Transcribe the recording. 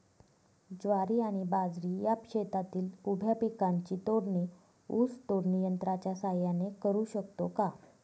ज्वारी आणि बाजरी या शेतातील उभ्या पिकांची तोडणी ऊस तोडणी यंत्राच्या सहाय्याने करु शकतो का?